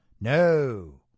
No